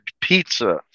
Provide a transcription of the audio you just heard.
pizza